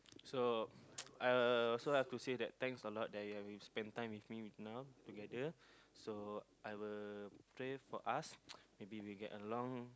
so I'll also have to say that thanks a lot that you have been spend time with me with now together so I will pray for us maybe we get along